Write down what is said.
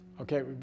Okay